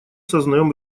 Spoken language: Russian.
сознаем